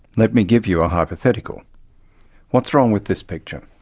let me give you a hypothetical what's wrong with this picture?